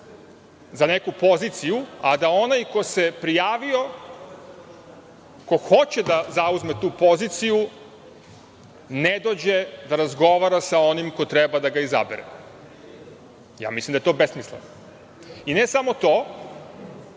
za neku poziciju, a da onaj ko se prijavio ko hoće da zauzme tu poziciju, ne dođe da razgovara sa onim koji treba da ga izabere. Mislim da je to besmisleno. I, ne samo to,